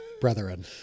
brethren